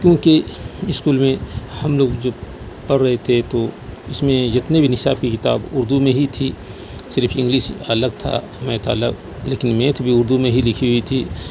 کیونکہ اسکول میں ہم لوگ جو پڑھ رہے تھے تو اس میں جتنی بھی نصاب کی کتاب اردو میں ہی تھیں صرف انگلش الگ تھا میتھ الگ لیکن میتھ بھی اردو میں ہی لکھی ہوئی تھی